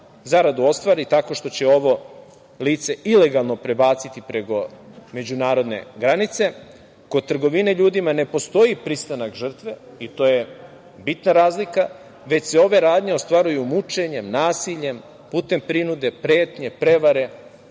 zaradu ostvari tako što će ovo lice ilegalno prebaciti preko međunarodne granice. Kod trgovine ljudima ne postoji pristanak žrtve, i to je bitna razlika, već se ove radnje ostvaruju mučenjem, nasiljem, putem prinude, pretnje, prevare